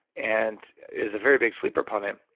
and is a very big sleep proponent,